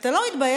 אתה לא מתבייש?